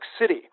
City